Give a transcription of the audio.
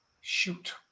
Shoot